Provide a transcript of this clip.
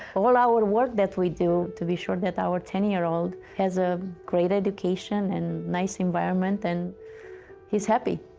all our work that we do to be sure that our ten year old has a great education and nice environment and he's happy.